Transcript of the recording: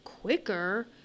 Quicker